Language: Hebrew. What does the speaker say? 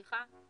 הוא